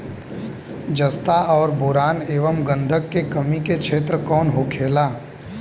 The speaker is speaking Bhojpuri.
जस्ता और बोरान एंव गंधक के कमी के क्षेत्र कौन होखेला?